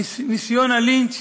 ניסיון הלינץ'